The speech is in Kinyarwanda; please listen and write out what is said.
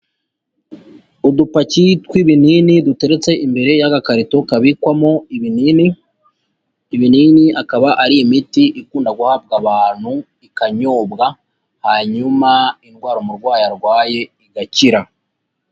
Udupaki tw'ibinini duteretse imbere y'agakarito kabikwamo ibinini, ibinini akaba ari imiti ikunda guhabwa abantu ikanyobwa, hanyuma indwara umurwayi arwaye igakira.